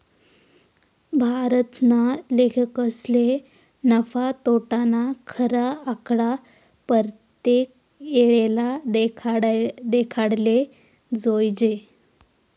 भारतना लेखकसले नफा, तोटाना खरा आकडा परतेक येळले देखाडाले जोयजे